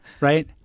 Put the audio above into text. Right